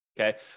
Okay